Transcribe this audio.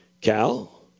Cal